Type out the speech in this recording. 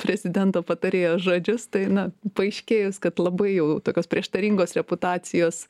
prezidento patarėjo žodžius tai na paaiškėjus kad labai jau tokios prieštaringos reputacijos